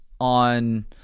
on